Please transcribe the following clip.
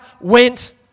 went